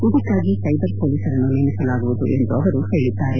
ಇದಕ್ಕಾಗಿ ಸೈಬರ್ ಪೊಲೀಸ್ರನ್ನು ನೇಮಿಸಲಾಗುವುದು ಎಂದು ಅವರು ಹೇಳಿದ್ದಾರೆ